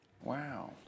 Wow